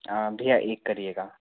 हाँ भैया एक करियेगा